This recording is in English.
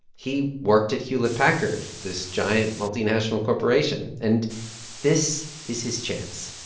he worked at hewlett-packard this giant, multinational corporation. and this is his chance.